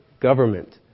government